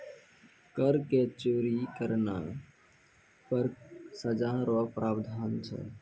कर के चोरी करना पर सजा रो प्रावधान छै